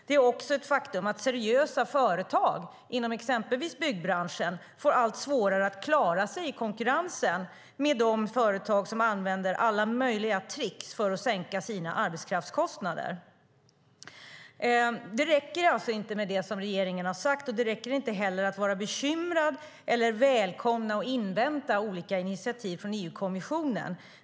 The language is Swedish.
Det är också ett faktum att seriösa företag inom exempelvis byggbranschen får allt svårare att klara sig i konkurrensen mot de företag som använder alla möjliga tricks för att sänka sina arbetskraftskostnader. Det räcker alltså inte med det som regeringen har sagt. Det räcker inte heller att vara bekymrad eller att välkomna och invänta olika initiativ från EU-kommissionen.